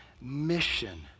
mission